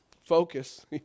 focus